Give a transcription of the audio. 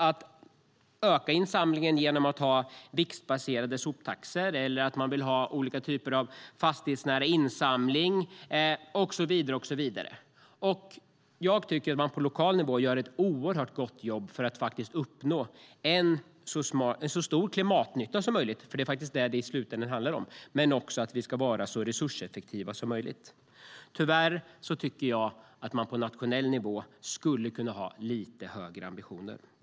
Det handlar om viktbaserad soptaxa, olika typer av fastighetsnära insamling och så vidare. Man gör på lokal nivå ett mycket gott jobb för att uppnå en så stor klimatnytta som möjligt, för det är vad det i slutänden handlar om, och för att vara så resurseffektiv som möjligt. Men på nationell nivå skulle man dock som sagt kunna ha lite högre ambitioner.